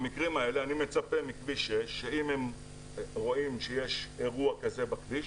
במקרים האלה אני מצפה מכביש 6 שאם הם רואים שיש אירוע כזה בכביש,